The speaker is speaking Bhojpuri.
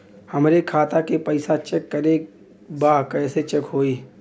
हमरे खाता के पैसा चेक करें बा कैसे चेक होई?